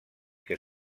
que